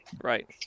Right